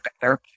better